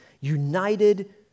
united